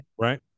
right